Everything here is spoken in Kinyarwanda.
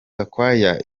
gakwaya